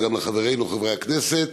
אבל גם חברינו חברי הכנסת,